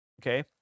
okay